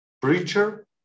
Preacher